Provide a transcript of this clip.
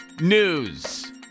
news